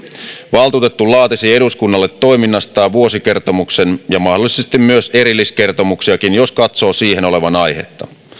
valtuutettu laatisi eduskunnalle toiminnastaan vuosikertomuksen ja mahdollisesti myös erilliskertomuksia jos katsoo siihen olevan aihetta